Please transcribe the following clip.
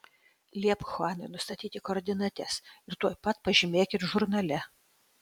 liepk chuanui nustatyti koordinates ir tuoj pat pažymėkit žurnale